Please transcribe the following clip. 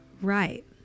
Right